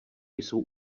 jsou